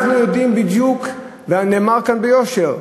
אנחנו יודעים בדיוק, ונאמר כאן ביושר: